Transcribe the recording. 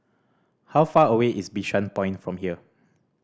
how far away is Bishan Point from here